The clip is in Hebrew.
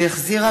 שהחזירה